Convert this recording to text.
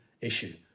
issue